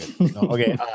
okay